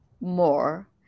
more